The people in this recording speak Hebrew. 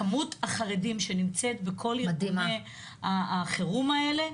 כמות החרדים שנמצאת בכל ארגוני החירום האלה,